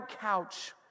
couch